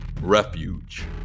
refuge